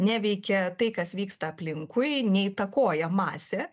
neveikia tai kas vyksta aplinkui neįtakoja masė